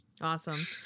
Awesome